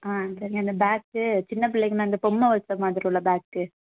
ஆ சரிங்க இந்த பேக்கு சின்ன பிள்ளைங்களெலாம் இந்த பொம்மை வைச்ச மாதிரி உள்ள பேக்கு